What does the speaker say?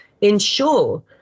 ensure